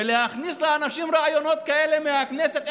ולהכניס לאנשים רעיונות כאלה מהכנסת?